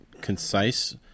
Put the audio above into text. concise